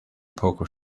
poker